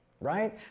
Right